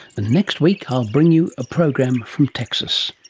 next week i'll bring you a program from texas.